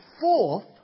fourth